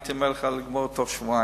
הייתי אומר לך לגמור בתוך שבועיים,